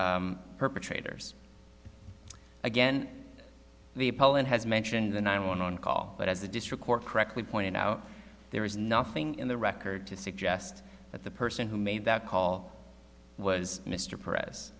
the perpetrators again the poland has mentioned the nine one one call but as the district court correctly pointed out there is nothing in the record to suggest that the person who made that call was mr pres